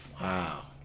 Wow